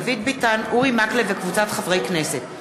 דוד ביטן ואורי מקלב וקבוצת חברי הכנסת.